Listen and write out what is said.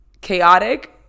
chaotic